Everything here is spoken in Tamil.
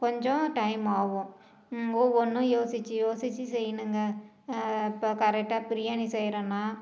கொஞ்சம் டைம் ஆகும் ஒவ்வொன்றும் யோசிச்சு யோசிச்சு செய்யணுங்க இப்போ கரெக்டாக பிரியாணி செய்கிறோன்னா